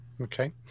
Okay